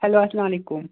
hello السلام علیکُم